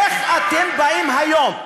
איך אתם באים היום,